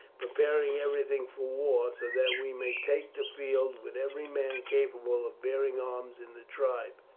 preparing everything for war, so that we may take the field with every man capable of bearing arms in the tribe.